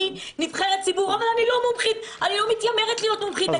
אני נבחרת ציבור אבל אני לא מומחית ואני לא מתיימרת להיות מומחית.